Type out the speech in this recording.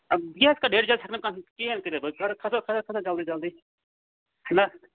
یَتھ کیٛاہ ہیکہِ نہٕ بہٕ کانٛہہ کِہیٖنۍ کٔرِتھ بہٕ کھَس حظ کھَس حظ کھَس حظ کھَس حظ جلدی جلدی نہ